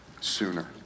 sooner